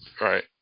Right